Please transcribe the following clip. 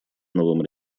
новым